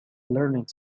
learning